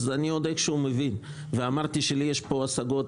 אז אני עוד איכשהו מבין ואמרתי שלי יש כאן השגות,